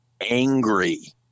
angry